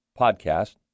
Podcast